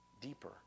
deeper